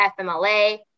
FMLA